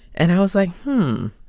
and i was like, hmm,